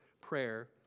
prayer